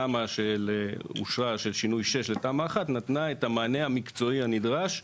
התמ"א שאושרה שינוי 6 לתמ"א 1 נתנה את המענה המקצועי הנדרש.